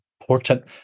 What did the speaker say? important